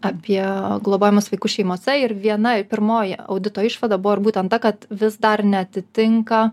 apie globojamus vaikus šeimose ir viena pirmoji audito išvada buvo ir būtent ta kad vis dar neatitinka